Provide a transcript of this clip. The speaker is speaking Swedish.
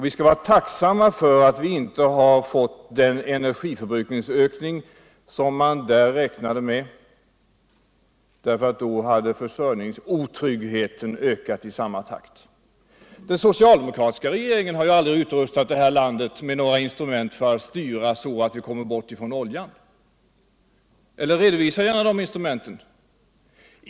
Vi skall vara tacksamma för att vi inte har fått den energiförbrukningsökning som man där räknade med. Då hade försörjningsotryggheten ökat i samma takt. Den socialdemokratiska regeringen har aldrig utrustat detta land med några instrument för att styra det så att vi kommer bort från oljun — eller redovisa gärna dessa instrument.